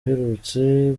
aherutse